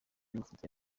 mafoto